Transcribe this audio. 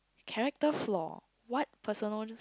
character flaw what personal